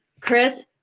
Chris